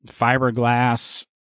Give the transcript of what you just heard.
fiberglass